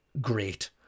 great